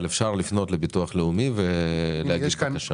אפשר לפנות לביטוח לאומי ולהגיש בקשה.